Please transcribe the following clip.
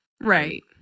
Right